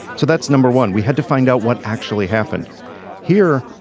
so that's number one we had to find out what actually happened here.